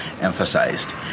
emphasized